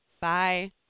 Bye